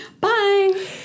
Bye